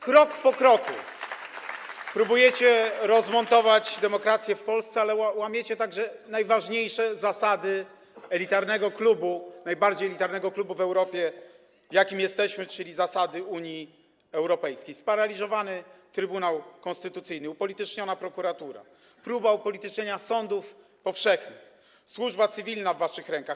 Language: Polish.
Krok po kroku próbujecie rozmontować demokrację w Polsce, ale łamiecie także najważniejsze zasady elitarnego klubu, najbardziej elitarnego klubu w Europie, w jakim jesteśmy, czyli zasady Unii Europejskiej - sparaliżowany Trybunał Konstytucyjny, upolityczniona prokuratura, próba upolitycznienia sądów powszechnych, służba cywilna w waszych rękach.